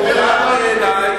הוא עונה לך.